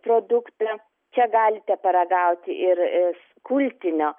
produktą čia galite paragauti ir aa kultinio